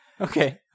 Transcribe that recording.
Okay